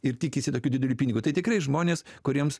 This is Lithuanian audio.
ir tikisi tokių didelių pinigų tai tikrai žmonės kuriems